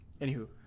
anywho